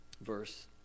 verse